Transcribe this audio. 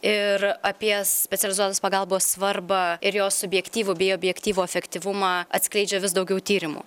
ir apie specializuotos pagalbos svarbą ir jos subjektyvų bei objektyvų efektyvumą atskleidžia vis daugiau tyrimų